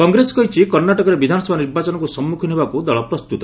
କଂଗ୍ରେସ କହିଛି କର୍ଷାଟକରେ ବିଧାନସଭା ନିର୍ବାଚନକୁ ସମ୍ମୁଖୀନ ହେବାକୁ ଦଳ ପ୍ରସ୍ତୁତ